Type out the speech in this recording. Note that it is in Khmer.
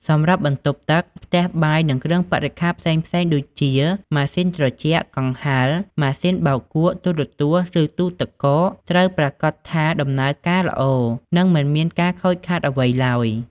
សម្រាប់បន្ទប់ទឹក ផ្ទះបាយ និងគ្រឿងបរិក្ខារផ្សេងៗដូចជា ម៉ាស៊ីនត្រជាក់ កង្ហារ ម៉ាស៊ីនបោកគក់ ទូរទស្សន៍ ឬទូទឹកកក ត្រូវប្រាកដថាដំណើរការល្អ និងមិនមានការខូចខាតអ្វីឡើយ។